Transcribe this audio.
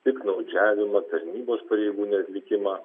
piktnaudžiavimą tarnybos pareigų neatlikimą